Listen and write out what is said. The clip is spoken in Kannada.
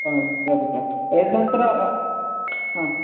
ಹಾಂ ಸರಿ ಸರ್ ಎದ್ದ ನಂತರ ಹಾಂ